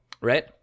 right